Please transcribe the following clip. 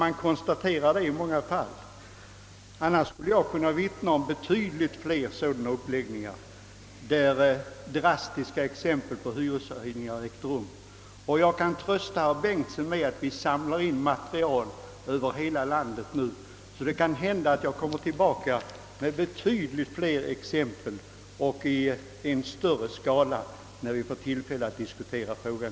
Annars skulle jag kunna vittna om flera drastiska hyreshöjningar som har ägt rum. Jag kan trösta herr Bengtson med att vi samlar in material i hela landet, så det kan hända att jag kommer tillbaka med betydligt fler exempel när vi senare får tillfälle att diskutera frågan.